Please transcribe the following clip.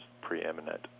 preeminent